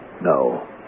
No